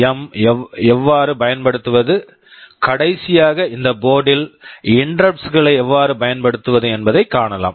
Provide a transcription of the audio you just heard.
M PWM ஐ எவ்வாறு பயன்படுத்துவது கடைசியாக இந்த போர்டில் இன்டெரப்ட்ஸ் interrupts களை எவ்வாறு பயன்படுத்துவது என்பதை காணலாம்